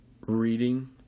reading